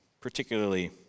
particularly